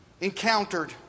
encountered